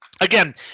Again